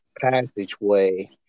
passageway